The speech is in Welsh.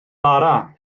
bara